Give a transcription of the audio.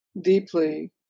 deeply